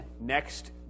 next